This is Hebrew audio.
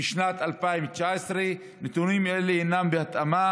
משנת 2019. נתונים אלו הינם בהתאמה